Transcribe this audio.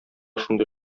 шундый